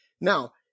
now